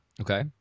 Okay